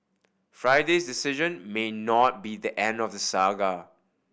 Friday's decision may not be the end of the saga